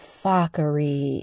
fuckery